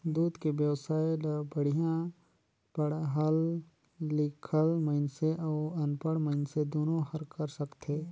दूद के बेवसाय ल बड़िहा पड़हल लिखल मइनसे अउ अनपढ़ मइनसे दुनो हर कर सकथे